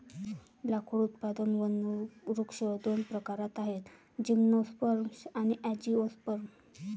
लाकूड उत्पादक वनवृक्ष दोन प्रकारात आहेतः जिम्नोस्पर्म आणि अँजिओस्पर्म